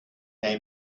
they